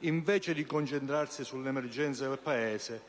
invece di concentrarsi sulle emergenze del Paese,